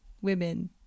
women